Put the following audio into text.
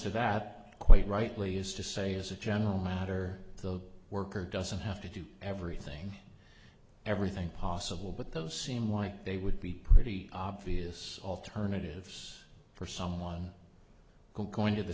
to that quite rightly is to say as a general matter the worker doesn't have to do everything everything possible but those seem like they would be pretty obvious alternatives for someone who going to the